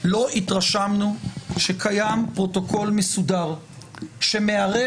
לא התרשמנו שקיים פרוטוקול מסודר שמערב